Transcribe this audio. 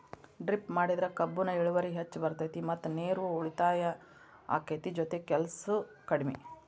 drip ಮಾಡಿದ್ರ ಕಬ್ಬುನ ಇಳುವರಿ ಹೆಚ್ಚ ಬರ್ತೈತಿ ಮತ್ತ ನೇರು ಉಳಿತಾಯ ಅಕೈತಿ ಜೊತಿಗೆ ಕೆಲ್ಸು ಕಡ್ಮಿ